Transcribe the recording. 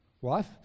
Wife